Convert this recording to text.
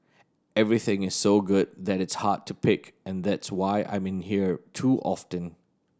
everything is so good that it's hard to pick and that's why I'm in here too often